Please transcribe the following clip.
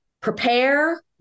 prepare